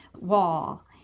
wall